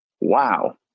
Wow